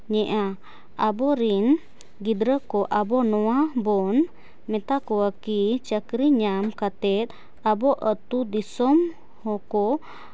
ᱧᱮᱜᱼᱟ ᱟᱵᱚ ᱨᱤᱱ ᱜᱤᱫᱽᱨᱟᱹ ᱠᱚ ᱟᱵᱚ ᱱᱚᱣᱟᱵᱚᱱ ᱢᱮᱛᱟ ᱠᱚᱣᱟ ᱠᱤ ᱪᱟᱹᱠᱨᱤ ᱧᱟᱢ ᱠᱟᱛᱮᱫ ᱟᱵᱚ ᱟᱛᱳ ᱫᱤᱥᱚᱢ ᱦᱚᱸᱠᱚ